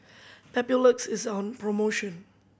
Papulex is on promotion